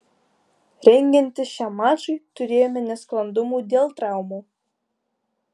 rengiantis šiam mačui turėjome nesklandumų dėl traumų